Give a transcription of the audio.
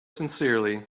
sincerely